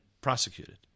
prosecuted